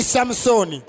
Samson